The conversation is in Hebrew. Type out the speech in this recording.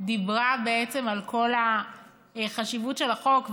דיברה בעצם על כל החשיבות של החוק,